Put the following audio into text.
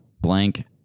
blank